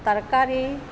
ತರಕಾರೀ